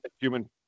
human